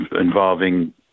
involving